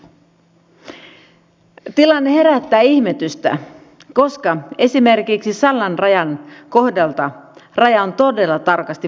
pääministeri sipilä on myös ollut sitä mieltä että ensin tehdään uudistukset ja vasta sitten arvioidaan vaikutukset